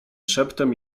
szeptem